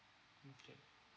okay